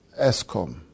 ESCOM